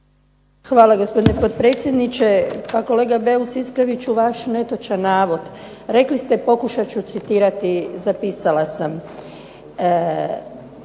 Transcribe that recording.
Hvala gospodine potpredsjedniče. Pa kolega Beus ispravit ću vaš netočan navod. Rekli ste pokušat ću citirati zapisala sam.